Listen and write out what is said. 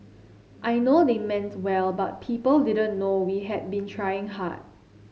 I know they meant well but people didn't know we had been trying hard